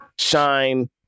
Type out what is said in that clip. shine